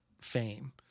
fame